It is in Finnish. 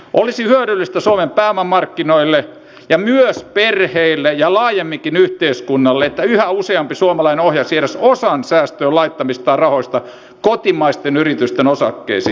olisi hyödyllistä suomen pääomamarkkinoille ja myös perheille ja laajemminkin yhteiskunnalle että yhä useampi suomalainen ohjaisi edes osan säästöön laittamistaan rahoista kotimaisten yritysten osakkeisiin